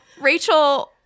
Rachel